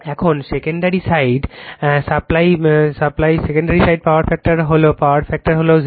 এখন secondary side power factor হল power factor হল 085